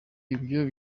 ibyo